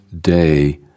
day